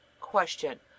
Question